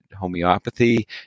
homeopathy